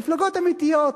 מפלגות אמיתיות,